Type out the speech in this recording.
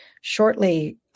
shortly